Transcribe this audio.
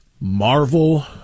Marvel